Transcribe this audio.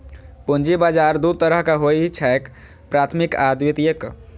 पूंजी बाजार दू तरहक होइ छैक, प्राथमिक आ द्वितीयक